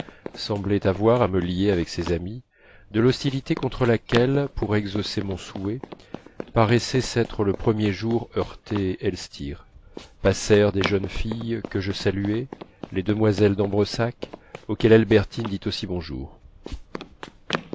semblait avoir à me lier avec ses amies de l'hostilité contre laquelle pour exaucer mon souhait paraissait s'être le premier jour heurté elstir passèrent des jeunes filles que je saluai les demoiselles d'ambresac auxquelles albertine dit aussi bonjour